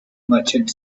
merchant